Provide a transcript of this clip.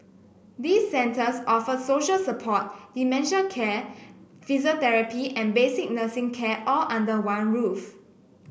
these centres offer social support dementia care physiotherapy and basic nursing care all under one roof